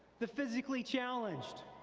the physically challenged,